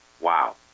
Wow